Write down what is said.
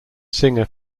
singer